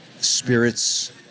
spirits